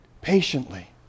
patiently